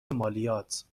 مالیات